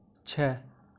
छः